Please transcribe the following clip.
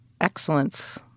excellence